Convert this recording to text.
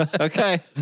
Okay